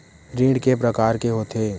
ऋण के प्रकार के होथे?